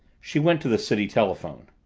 she went to the city telephone.